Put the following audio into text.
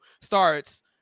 starts